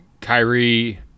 Kyrie